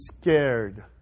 scared